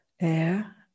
air